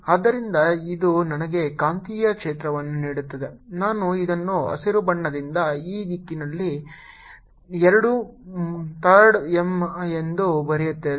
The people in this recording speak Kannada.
ಆದ್ದರಿಂದ ಇದು ನನಗೆ ಕಾಂತೀಯ ಕ್ಷೇತ್ರವನ್ನು ನೀಡುತ್ತದೆ ನಾನು ಇದನ್ನು ಹಸಿರು ಬಣ್ಣದಿಂದ ಈ ದಿಕ್ಕಿನಲ್ಲಿ 2 3rd's M ಎಂದು ಬರೆಯುತ್ತೇನೆ